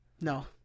No